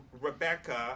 Rebecca